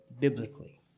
biblically